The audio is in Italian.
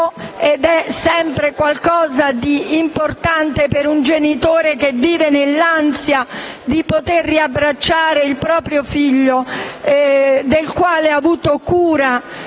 ed è sempre qualcosa di importante per un genitore che vive nell'ansia di poter riabbracciare il proprio figlio, del quale ha avuto cura